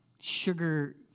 sugar